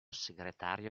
segretario